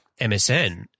MSN